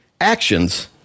actions